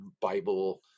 bible